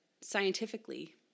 scientifically